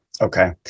okay